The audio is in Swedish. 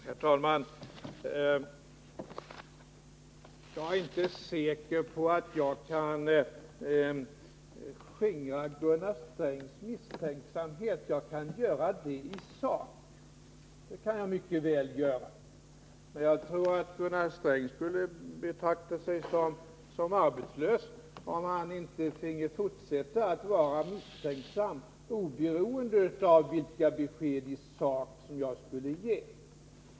Herr talman! Jag är inte säker på att jag kan skingra Gunnar Strängs misstänksamhet. Jag kan visserligen göra det i sak, men jag tror att Gunnar Sträng skulle betrakta sig som arbetslös om han inte finge fortsätta att vara misstänksam, oberoende av vilka besked i sak jag kan ge.